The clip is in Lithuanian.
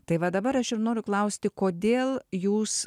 tai va dabar aš ir noriu klausti kodėl jūs